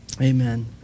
Amen